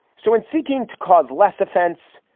so in seeking to cause less offense.